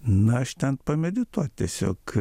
na aš ten pamedituot tiesiog